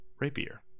rapier